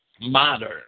modern